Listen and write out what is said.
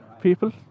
people